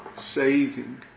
saving